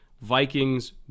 Vikings